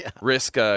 risk